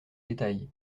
détail